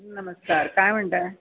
नमस्कार काय म्हणताय